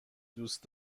دوست